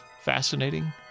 fascinating